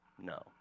No